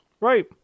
Right